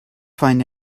find